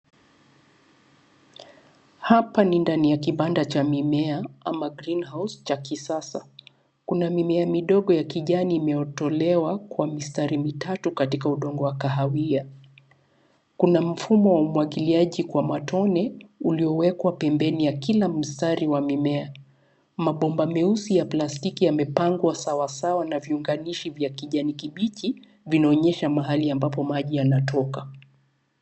Hapa ni ndani ya kibanda cha mimea ama greenhouse(cs) cha kisasa kuna mimea midogo ya kijani iliyotolewa kwa mistari mitatu katika udongo wa kahawia, kuna mfumo wa umwagiliaji kwa matone uliowekwa pembeni kwa kila mstari wa mimea. Mabomba meusi ya plastiki yamepangwa sawasawa na viunganishi vya kijani kibichi vinaonyesha mahali ambapo maji yanatoka.